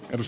jos